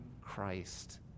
Christ